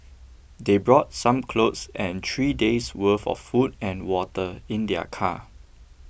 they brought some clothes and three days' worth of food and water in their car